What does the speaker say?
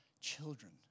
Children